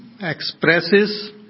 expresses